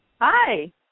hi